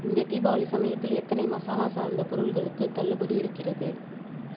இந்த தீபாவளி சமயத்தில் எத்தனை மசாலா சார்ந்த பொருட்களுக்கு தள்ளுபடி இருக்கிறது